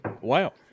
Wow